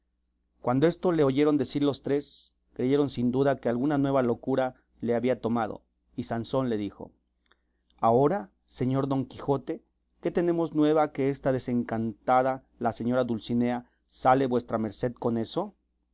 cuando esto le oyeron decir los tres creyeron sin duda que alguna nueva locura le había tomado y sansón le dijo ahora señor don quijote que tenemos nueva que está desencantada la señora dulcinea sale vuestra merced con eso